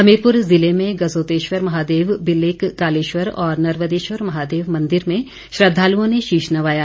हमीरपुर ज़िले में गसोतेश्वर महादेव बिल्लिक कालेश्वर और नर्वदेश्वर महादेव मंदिर में श्रद्धालुओं ने शीश नवाया